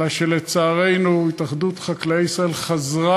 אלא שלצערנו התאחדות חקלאי ישראל חזרה